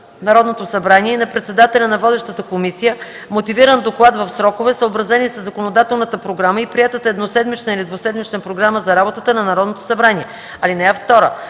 Народното събрание и на председателя на водещата комисия мотивиран доклад в срокове, съобразени със законодателната програма и приетата едноседмична или двуседмична програма за работата на Народното събрание. (2)